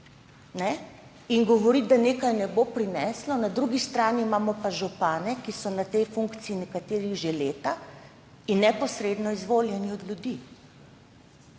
in govori, da nekaj ne bo prineslo, na drugi strani imamo pa župane, ki so na tej funkciji nekateri že leta in neposredno izvoljeni od ljudi.